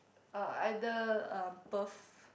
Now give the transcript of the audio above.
uh either um Perth